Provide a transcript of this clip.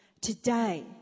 Today